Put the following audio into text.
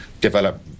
develop